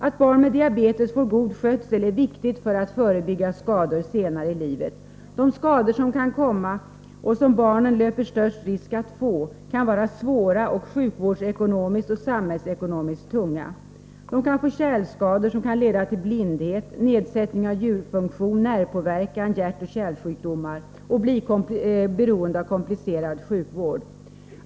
Att barn med diabetes får god skötsel är viktigt när det gäller att förebygga skador senare i livet. De skador som kan drabba barnen och som barnen löper den största risken att få kan vara svåra och sjukvårdsekonomiskt och samhällsekonomiskt tunga. Barnen kan få kärlskador som kan leda till blindhet, nedsättning av njurfunktionen, nervpåverkan och hjärtoch kärlsjukdomar. De kan bli beroende av komplicerad sjukvård.